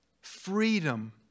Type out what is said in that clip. Freedom